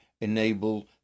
enable